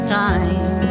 time